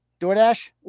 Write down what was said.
DoorDash